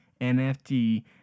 NFT